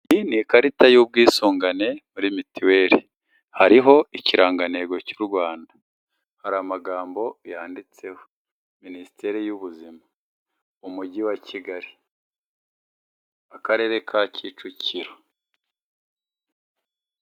Iyi ni ikarita y'ubwisungane muri mituweli, hariho ikirangantego cy'u Rwanda, hari amagambo yanditseho Minisiteri y'Ubuzima, Umujyi wa Kigali, Akarere ka Kicukiro.